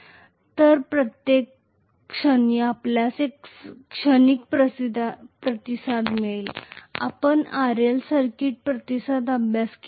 तर प्रत्येक क्षणी आपल्यास एक क्षणिक प्रतिसाद मिळेल आपण RL सर्किट प्रतिसादाचा अभ्यास केला आहे